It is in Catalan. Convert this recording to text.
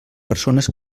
persones